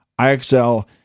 IXL